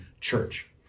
church